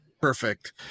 perfect